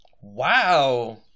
Wow